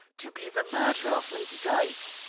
to be the murderer of lady dyke?